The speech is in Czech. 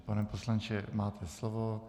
Pane poslanče, máte slovo.